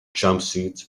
jumpsuit